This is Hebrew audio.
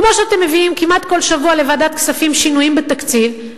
כמו שאתם מביאים כמעט כל שבוע לוועדת הכספים שינויים בתקציב,